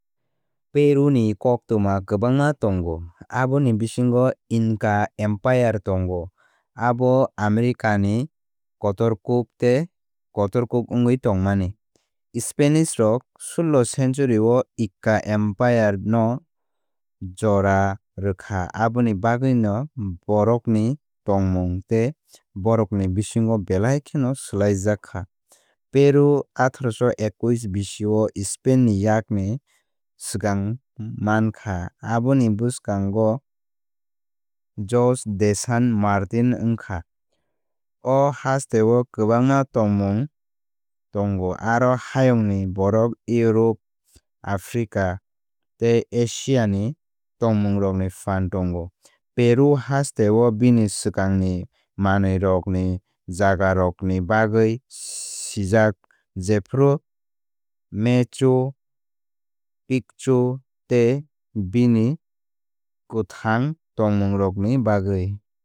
Peru ni koktwma kwbangma tongo aboni bisingo Inca Empire tongo abo America ni kotorkuk tei kotorkuk wngwi tongmani. Spanish rok suloh century o Inca Empire no jora rwkha aboni bagwino borok ni tongmung tei borok ni bisingo belai kheno swlaijak kha. Peru atharosho ekkuish bisio Spain ni yakni swkang mankha aboni bwskango jose de san martin wngkha. O hasteo kwbangma tongmung tongo aro hayungni borok Europe Africa tei Asiani tongmung rokni phan tongo. Peru hasteo bini swkangni manwirokni jagarokni bagwi sijak jephru Machu Picchu tei bini kwthang tongmung rokni bagwi.